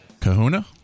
Kahuna